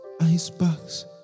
Icebox